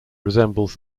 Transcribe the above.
resembles